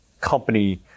company